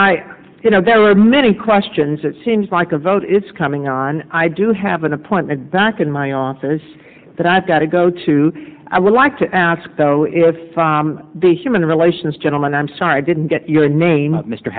i you know there are many questions it seems like a vote is coming on i do have an appointment back in my office but i've got to go to i would like to ask though if the human relations gentleman i'm sorry i didn't get your name